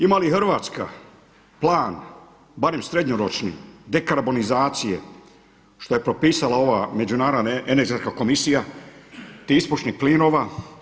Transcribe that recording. Ima li Hrvatska plan, barem srednjoročni dekarbonizacije što je propisala ova Međunarodna energetska komisija tih ispušnih plinova?